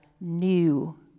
new